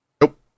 Nope